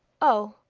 oh,